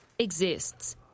exists